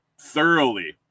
thoroughly